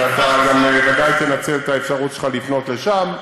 ואתה גם ודאי תנצל את האפשרות שלך לפנות לשם.